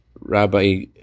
Rabbi